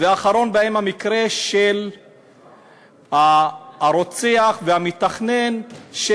ואחרון בהם המקרה של הרוצח והמתכנן של,